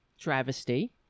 Travesty